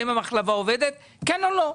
האם המחלבה עובדת, כן או לא?